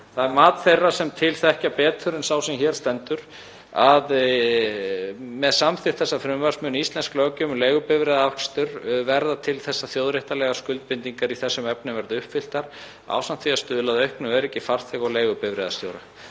Það er mat þeirra sem til þekkja betur en sá sem hér stendur að með samþykkt þessa frumvarps muni íslensk löggjöf um leigubifreiðaakstur verða til þess að þjóðréttarlegar skuldbindingar í þessum efnum verði uppfylltar ásamt því að stuðla að auknu öryggi farþega og leigubifreiðastjóra.